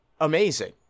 amazing